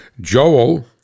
Joel